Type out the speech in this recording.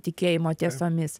tikėjimo tiesomis